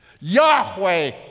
Yahweh